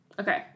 Okay